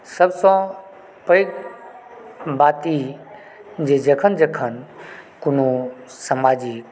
सभसँ पैघ बात ई जे जखन जखन कोनो सामाजिक